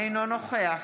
אינו נוכח